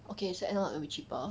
okay so analogue will be cheaper